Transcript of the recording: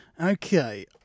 Okay